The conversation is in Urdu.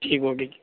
ٹھیک اوکے